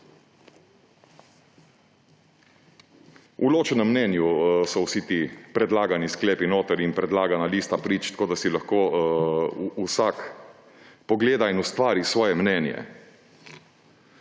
V ločenem mnenju so vsi ti predlagani sklepi notri in predlagana lista prič, tako da si lahko vsak pogleda in ustvari svoje mnenje.